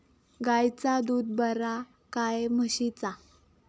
गायचा दूध बरा काय म्हशीचा?